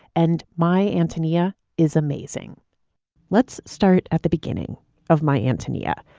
and my antonia is amazing let's start at the beginning of my antonia.